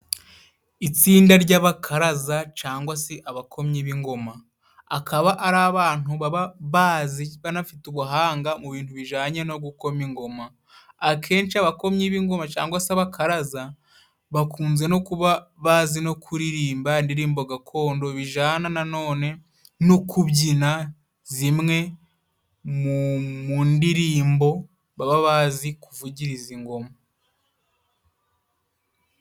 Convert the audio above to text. itsinda ry'abakaraza cyangwa se abakomyi b'ingoma akaba ari abantu baba bazi banafite ubuhanga mu bintu bijye no gukoma ingoma. Akenshi abakomyi b'ingoma cyangwa se bakaraza bakunze no kuba bazi no kuririmba indirimbo gakondo bijana nanone no kubyina zimwe mu ndirimbo baba bazi kuvugiriza ingoma.